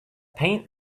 paint